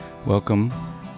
Welcome